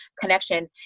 connection